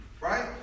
right